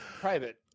Private